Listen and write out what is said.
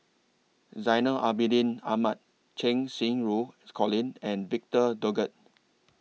Zainal Abidin Ahmad Cheng Xinru Colin and Victor Doggett